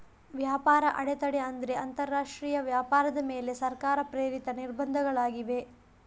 ವ್ಯಾಪಾರ ಅಡೆತಡೆ ಅಂದ್ರೆ ಅಂತರರಾಷ್ಟ್ರೀಯ ವ್ಯಾಪಾರದ ಮೇಲೆ ಸರ್ಕಾರ ಪ್ರೇರಿತ ನಿರ್ಬಂಧಗಳಾಗಿವೆ